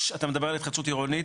אתה מדבר על התחדשות עירונית?